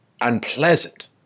unpleasant